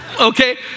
Okay